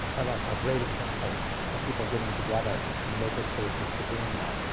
a great example of people getting together in makerspaces to doing that.